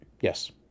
Yes